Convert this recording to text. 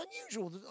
unusual